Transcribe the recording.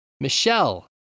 Michelle